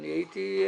למדתי תורה.